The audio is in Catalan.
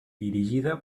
dirigida